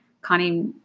connie